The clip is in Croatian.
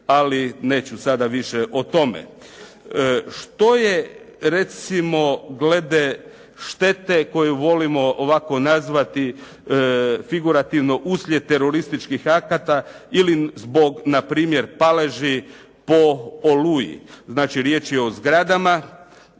ali neću sada više o tome. Što je recimo gleda štete koju volimo ovako nazvati figurativno uslijed terorističkih akata ili zbog na primjer paleži po «Oluji»? Znači riječ je o zgradama,